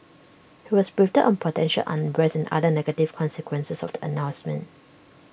he was briefed on potential unrest and other negative consequences of the announcement